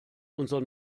unser